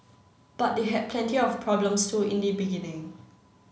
but they had plenty of problems too in the beginning